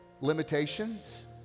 limitations